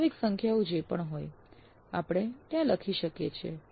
વાસ્તવિક સંખ્યાઓ જે પણ હોય આપણે ત્યાં લખી શકીએ છીએ